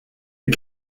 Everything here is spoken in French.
est